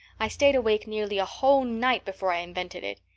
i stayed awake nearly a whole night before i invented it.